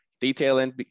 Detailing